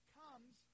comes